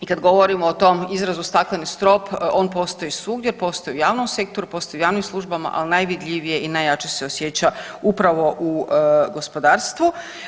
I kad govorimo o tom izrazu stakleni strop on postoji svugdje, postoji u javnom sektoru, postoji u javnim službama, ali najvidljivije i najjače se osjeća upravo u gospodarstvu.